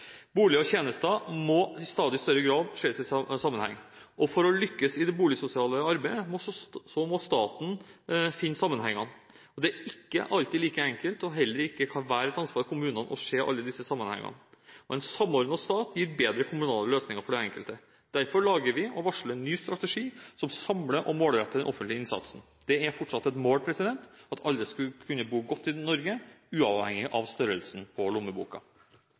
Boliger og tjenester må i stadig større grad ses i sammenheng. For å lykkes i det boligsosiale arbeidet må staten finne sammenhengene. Det er ikke alltid like enkelt, og det kan heller ikke være kommunenes ansvar å se alle disse sammenhengene. En samordnet stat gir bedre kommunale løsninger for den enkelte. Derfor lager vi, og varsler, en ny strategi som samler og målretter den offentlige innsatsen. Det er fortsatt et mål at alle skal kunne bo godt i Norge, uavhengig av størrelsen på